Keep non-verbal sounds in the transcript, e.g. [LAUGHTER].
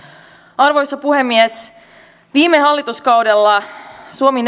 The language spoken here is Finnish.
arvoisa puhemies viime hallituskaudella suomi [UNINTELLIGIBLE]